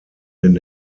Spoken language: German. den